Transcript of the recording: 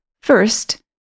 First